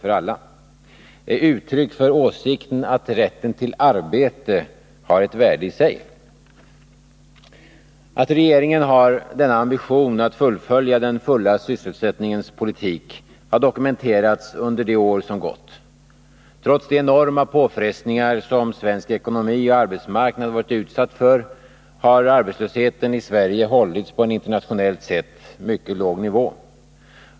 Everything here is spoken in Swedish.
Den är uttryck för åsikten att rätten till arbete har ett värde i sig. Att regeringen har denna ambition att fullfölja den fulla sysselsättningens politik har dokumenterats under de år som gått. Trots de enorma påfrestningar som svensk ekonomi och arbetsmarknad varit utsatta för har arbetslösheten i Sverige hållits på en internationellt sett mycket låg nivå.